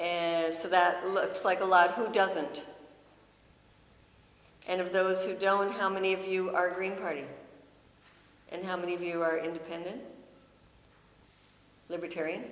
so that looks like a lot who doesn't and of those who don't how many of you are green party and how many of you are independent libertarian